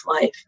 life